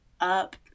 up